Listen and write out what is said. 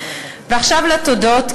ועכשיו לתודות,